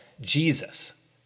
Jesus